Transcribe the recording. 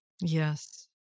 Yes